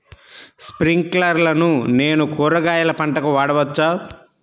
స్ప్రింక్లర్లను నేను కూరగాయల పంటలకు వాడవచ్చా?